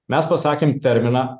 mes pasakėm terminą